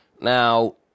Now